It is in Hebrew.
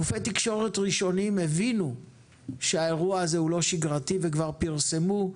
גופי תקשורת ראשונים הבינו שהאירוע הזה הוא לא שיגרתי וכבר פרסמו,